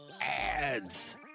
ads